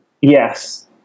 Yes